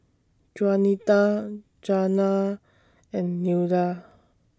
Juanita Janiah and Nilda